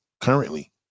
currently